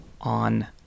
on